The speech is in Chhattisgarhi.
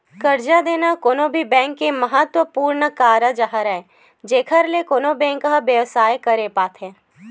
करजा देना कोनो भी बेंक के महत्वपूर्न कारज हरय जेखर ले कोनो बेंक ह बेवसाय करे पाथे